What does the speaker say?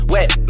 Wet